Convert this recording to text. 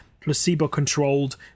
placebo-controlled